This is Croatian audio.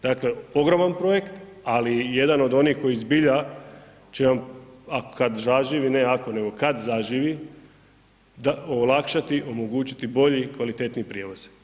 Dakle, ogroman projekt, ali jedan od onih koji zbilja će kad zaživi, ne ako nego kad zaživi olakšati i omogućiti bolji i kvalitetniji prijevoz.